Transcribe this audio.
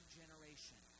generation